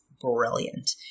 brilliant